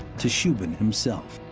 to shubin himself.